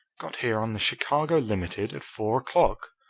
got here on the chicago limited at four o'clock.